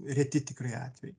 reti tikrai atvejai